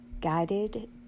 guided